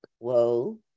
Whoa